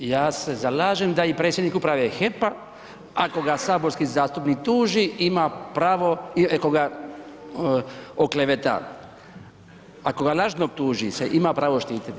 Ja se zalažem da i predsjednik uprave HEP-a ako ga saborski zastupnik tuži ima pravo i ako ga okleveta, ako ga lažno optuži se ima pravo štititi.